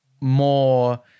more